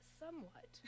somewhat